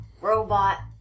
robot